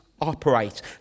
operate